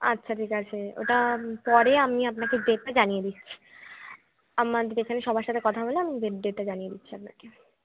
আচ্ছা ঠিক আছে ওটা পরে আমি আপনাকে ডেটটা জানিয়ে দিচ্ছি আমাদের এখানে সবার সাথে কথা বলে আমি ডেটটা জানিয়ে দিচ্ছি আপনাকে